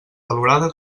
valorada